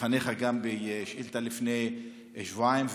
אני גם העליתי את זה בפניך בשאילתה לפני שבועיים,